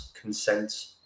consent